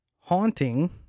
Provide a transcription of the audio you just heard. haunting